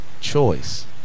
choice